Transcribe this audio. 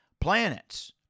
planets